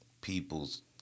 people's